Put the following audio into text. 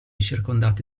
circondati